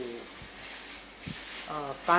to err france